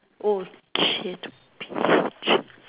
oh shit piece of shit